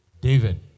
david